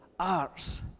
arts